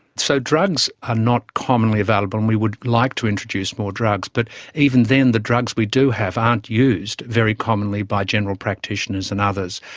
so drugs are not commonly available and we would like to introduce more drugs, but even then the drugs we do have aren't used very commonly by general practitioners and others.